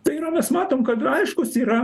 tai yra mes matom kad aiškus yra